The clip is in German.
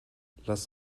lasst